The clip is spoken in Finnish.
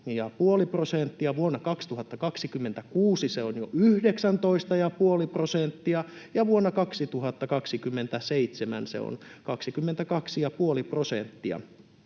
vuonna 2026 se on jo 19,5 prosenttia, ja vuonna 2027 se on 22,5